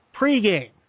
pregame